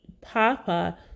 Papa